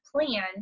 plan